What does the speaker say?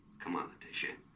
come on tisha,